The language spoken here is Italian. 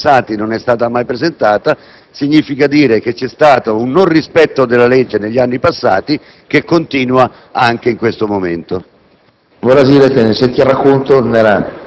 ha fatto riferimento. Dire che negli anni passati non è stata mai presentata significa affermare che c'è stato un mancato rispetto della legge nel passato, che continua anche in questo momento.